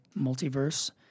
multiverse